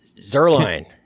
Zerline